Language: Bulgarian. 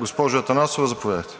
Госпожо Атанасова, заповядайте.